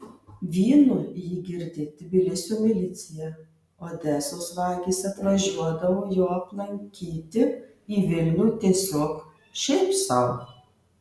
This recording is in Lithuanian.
vynu jį girdė tbilisio milicija odesos vagys atvažiuodavo jo aplankyti į vilnių tiesiog šiaip sau